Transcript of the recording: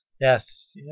Yes